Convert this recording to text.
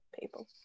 people